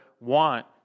want